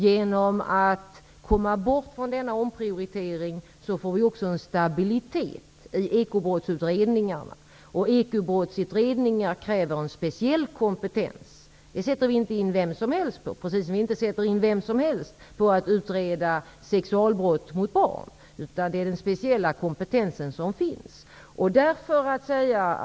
Genom att komma bort från detta sätt att omprioritera blir det en stabilitet i utredningarna om ekobrott. Utredningarna om ekobrott kräver en speciell kompetens. Där sätts inte vem som helst in, precis som att vem som helst inte sätts att utreda sexualbrott mot barn.